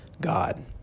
God